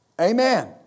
Amen